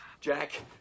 Jack